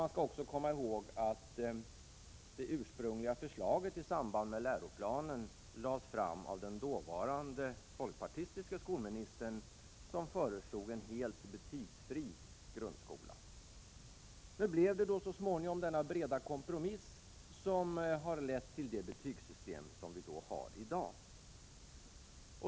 Man skall också komma ihåg att det ursprungliga förslaget i samband med läroplanen lades fram av den dåvarande folkpartistiska skolministern, som föreslog en helt betygsfri grundskola. Nu blev det så småningom denna breda kompromiss som har lett till det betygssystem som vi har i dag.